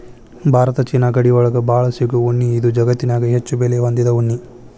Bharat China ಗಡಿ ಒಳಗ ಬಾಳ ಸಿಗು ಉಣ್ಣಿ ಇದು ಜಗತ್ತನ್ಯಾಗ ಹೆಚ್ಚು ಬೆಲೆ ಹೊಂದಿದ ಉಣ್ಣಿ